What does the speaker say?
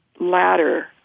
Ladder